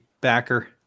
backer